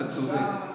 אתה צודק.